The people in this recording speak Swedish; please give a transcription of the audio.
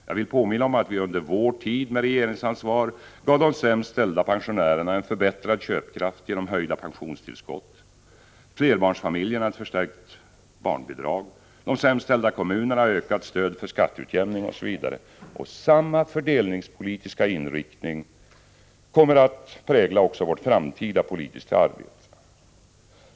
Jag vill påminna om att vi under vår tid med regeringsansvar gav de sämst ställda pensionärerna en förbättrad köpkraft genom höjda pensionstillskott, flerbarnsfamiljerna ett förstärkt barnbidrag, de sämst ställda kommunerna ökat stöd för skatteutjämning osv. Samma fördelningspolitiska inriktning kommer att prägla också vårt framtida politiska arbete.